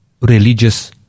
religious